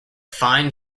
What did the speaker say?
fine